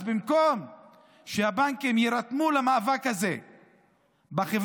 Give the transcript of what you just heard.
אז במקום שהבנקים יירתמו למאבק הזה בחברה